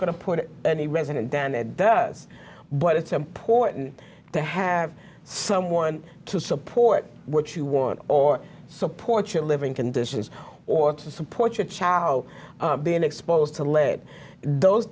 going to put any resident down it does but it's important to have someone to support what you want or support your living conditions or to support your child being exposed to lead those